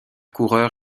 coureur